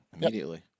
immediately